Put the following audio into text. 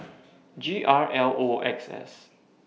G R L X S